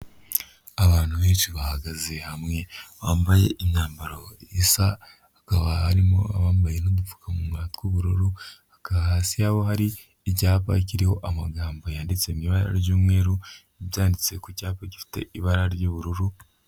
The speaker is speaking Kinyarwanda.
Abantu benshi bahagaze hamwe bambaye imyambaro isaba hakaba harimo abambaye n'dupfukamunwa tw'ubururu, hakaba hasi yabo hari icyapa kiriho amagambo yanditse mu ibabara ry'umweru byanditse ku cyapa gifite ibara ry'ubururu.